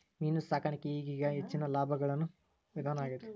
main ಸಾಕಾಣಿಕೆ ಈಗೇಗ ಹೆಚ್ಚಿನ ಲಾಭಾ ಗಳಸು ವಿಧಾನಾ ಆಗೆತಿ